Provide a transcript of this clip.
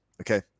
Okay